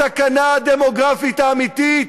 הסכנה הדמוגרפית האמיתית